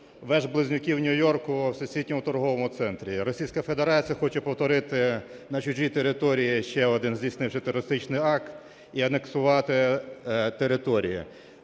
веж близнюків Нью-Йорку у Всесвітньому торговому центрі. Російська Федерація хоче повторити на чужій території ще один здійснивши терористичний акт, і анексувати території.